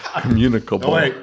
Communicable